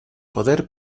poder